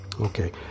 Okay